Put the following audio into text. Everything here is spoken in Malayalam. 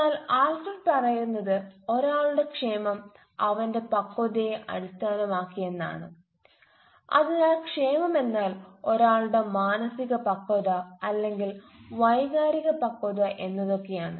എന്നാൽ ആൽഫ്രഡ് പറയുന്നത് ഒരാളുടെ ക്ഷേമം അവന്റെ പക്വതയെ അടിസ്ഥാനമാക്കിയാണെന്നാണ് അതിനാൽ ക്ഷേമം എന്നാൽ ഒരാളുടെ മാനസിക പക്വത അല്ലെങ്കിൽ വൈകാരിക പക്വത എന്നതൊക്കെയാണ്